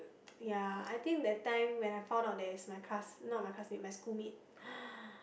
ya I think that time when I found out that is my class not my classmate my schoolmate